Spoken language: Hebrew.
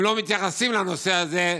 הם לא מתייחסים לנושא הזה.